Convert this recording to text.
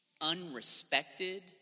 unrespected